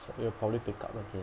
so it will probably pick up again